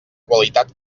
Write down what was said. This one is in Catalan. qualitat